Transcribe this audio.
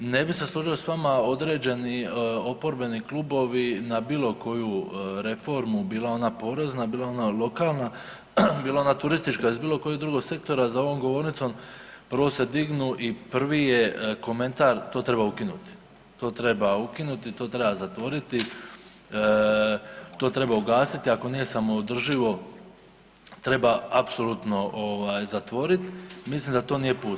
Ne bi se složili s vama određeni oporbeni klubovi na bilo koju reformu, bila ona porezna, bila ona lokalna, bila ona turistička, iz bilo kojeg drugog sektora, za ovom govornicom prvo se dignu i prvi je komentar „to treba ukinuti“, „to treba ukinuti“, „to treba zatvoriti“, „to treba ugasiti“, „ako nije samoodrživo treba apsolutno zatvorit“, mislim da to nije put.